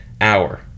hour